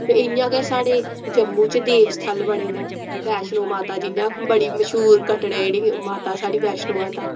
ते इ'यां गै साढ़े जम्मू च देव स्थल बड़े नै वैश्णो माता जियां बड़ी मश्हूर कटड़े जेह्ड़ी माता साढ़ी वैश्णो माता